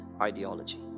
ideology